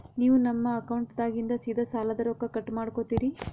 ನೀವು ನಮ್ಮ ಅಕೌಂಟದಾಗಿಂದ ಸೀದಾ ಸಾಲದ ರೊಕ್ಕ ಕಟ್ ಮಾಡ್ಕೋತೀರಿ?